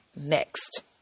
next